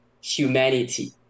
humanity